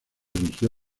erigió